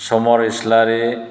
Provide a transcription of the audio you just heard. Samar Islary